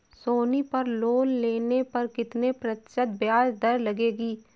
सोनी पर लोन लेने पर कितने प्रतिशत ब्याज दर लगेगी?